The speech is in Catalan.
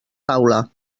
taula